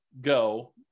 go